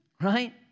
Right